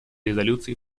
резолюции